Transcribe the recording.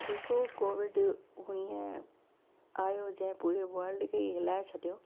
जेको कोविड हूअं आहियो जंहिं पूरे वल्ड खे ई हिलाए छॾियो